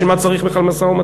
בשביל מה צריך בכלל משא-ומתן?